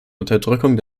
unterdrückung